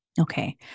Okay